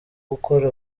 gukora